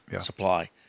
supply